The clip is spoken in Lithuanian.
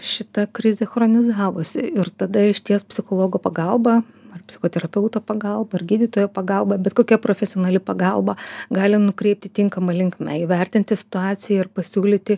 šita krizė chronizavosi ir tada išties psichologo pagalba ar psichoterapeuto pagalba ar gydytojo pagalba bet kokia profesionali pagalba gali nukreipti tinkama linkme įvertinti situaciją ir pasiūlyti